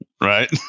Right